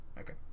Okay